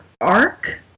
arc